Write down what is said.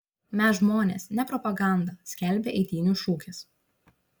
mes žmonės ne propaganda skelbia eitynių šūkis